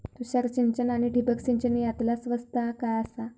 तुषार सिंचन आनी ठिबक सिंचन यातला स्वस्त काय आसा?